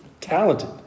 talented